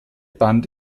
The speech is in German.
band